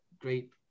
great